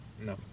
No